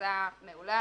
פריסה מעולה.